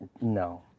No